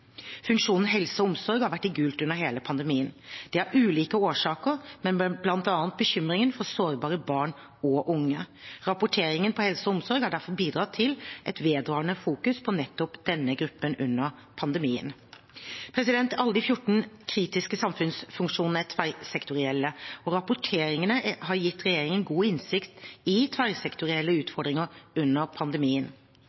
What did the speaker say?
Funksjonen «Helse og omsorg» har vært i gult under hele pandemien. Det har ulike årsaker, men bl.a. bekymringen for sårbare barn og unge. Rapporteringen på helse og omsorg har derfor bidratt til et vedvarende fokus på nettopp denne gruppen under pandemien. Alle de 14 kritiske samfunnsfunksjonene er tverrsektorielle, og rapporteringene har gitt regjeringen god innsikt i tverrsektorielle